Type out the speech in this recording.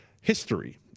history